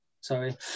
sorry